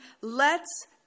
lets